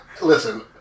Listen